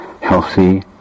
healthy